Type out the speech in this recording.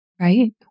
Right